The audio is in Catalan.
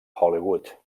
hollywood